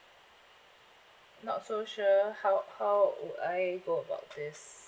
not so sure how how would I go about this